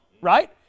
right